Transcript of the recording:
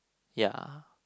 ya